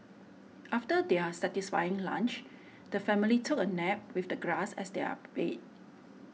after their satisfying lunch the family took a nap with the grass as their bed